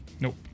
Nope